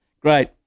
Great